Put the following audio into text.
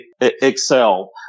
Excel